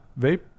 vape